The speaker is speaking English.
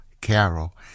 Carol